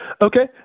Okay